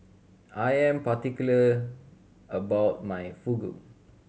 I am particular about my Fugu